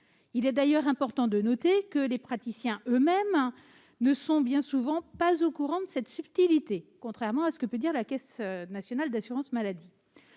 Il est d'ailleurs important de noter que les praticiens eux-mêmes ne sont bien souvent pas au courant de cette subtilité, contrairement à ce que prétend la Caisse nationale de l'assurance maladie